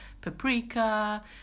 paprika